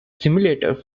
simulator